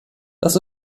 dass